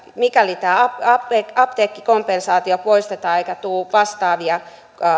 mikäli tämä apteekkikompensaatio poistetaan eikä tule vastaavia